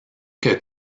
que